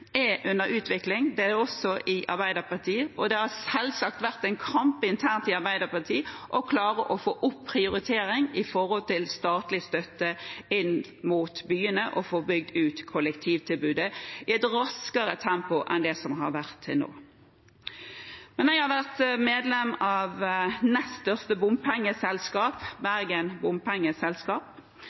er under utvikling, også i Arbeiderpartiet, og det har selvsagt vært en kamp internt i Arbeiderpartiet for å klare å få opp prioriteringen av statlig støtte til byene og få bygd ut kollektivtilbudet i et raskere tempo enn det som har vært til nå. Jeg har vært medlem av det nest største bompengeselskapet, Bergen Bompengeselskap,